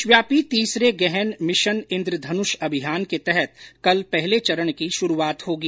देशव्यापी तीसरे गहन मिशन इन्द्रधनुष अभियान के तहत कल पहले चरण की शुरूआत होगी